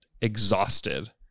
exhausted